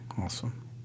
Awesome